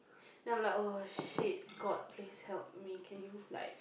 then I'm like oh shit god please help me can you like